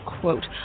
quote